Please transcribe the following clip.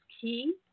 key